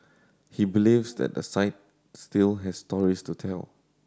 he believes that the site still has stories to tell